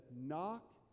knock